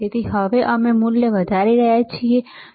તેથી હવે અમે મૂલ્ય વધારી રહ્યા છીએ બરાબર